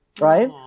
right